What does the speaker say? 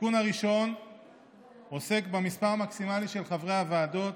התיקון הראשון עוסק במספר המקסימלי של חברי הוועדות.